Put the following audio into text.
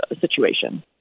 situation